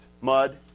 mud